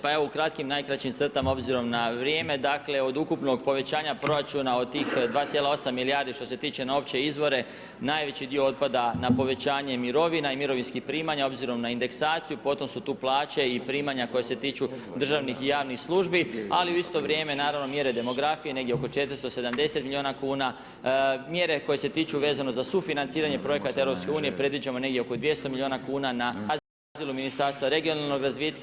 Pa evo u kratkim, najkraćim crtama obzirom na vrijeme, dakle, od ukupnog povećanja proračuna od tih 2,8 milijardi što se tiče na opće izvore, najveći dio otpada na povećanje mirovina i mirovinskih primanja obzirom na indeksaciju, potom su tu plaće i primanja koja se tiču državnih i javnih službi, ali u isto vrijeme naravno mjere demografije, negdje oko 470 milijuna kuna, mjere koje se tiču vezano za sufinanciranje projekata Europske unije predviđamo negdje oko 200 milijuna kuna na razinu Ministarstva regionalnog razvitka.